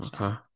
Okay